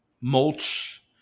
mulch